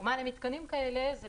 דוגמה למתקנים כאלה זה,